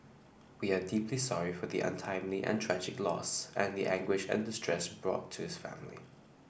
we are deeply sorry for the untimely and tragic loss and the anguish and distress brought to his family